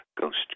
Ghost